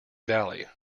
valley